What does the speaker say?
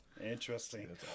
Interesting